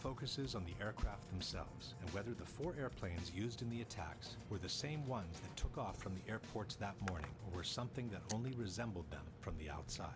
focuses on the aircraft themselves and whether the four airplanes used in the attacks were the same ones that took off from the airports that morning or something that only resembled them from the outside